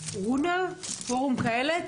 רונא, פורום קהלת.